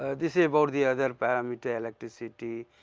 this is about the ah the parameter electricity,